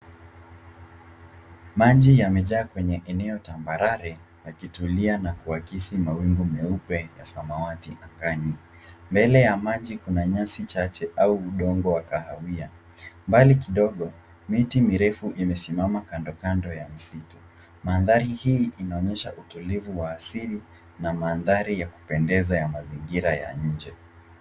Maji yamejaa kwenye eneo tambarare yakitulia na kuakisi mawingu meupe na samawati angani. Mbele ya maji kuna nyasi chache au udongo wa kahawia. Mbali kidogo miti mirefu imesimama kando kando ya msitu. Mandhari hii inaonyesha utulivu wa asili na maandhari ya kupendeza ya mazingira ya nje.